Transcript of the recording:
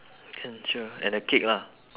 can sure and the cake lah